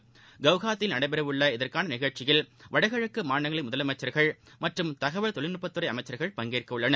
ஹவுகாத்தியில் நடைபெறவுள்ள இதற்கானநிகழ்ச்சியில் வடகிழக்குமாநிலங்களின் முதலமைச்சா்கள் மற்றும் தகவல் தொழில்நுட்பத்துறைஅமைச்சர்கள் பங்கேற்கவுள்ளனர்